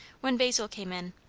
when basil came in.